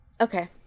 Okay